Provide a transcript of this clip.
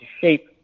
shape